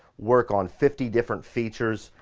work on fifty different features,